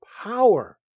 power